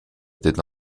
did